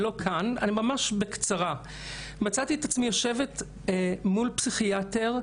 היא לא כאן: מצאתי את עצמי יושבת מול פסיכיאטר,